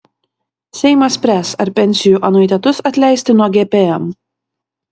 seimas spręs ar pensijų anuitetus atleisti nuo gpm